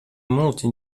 multe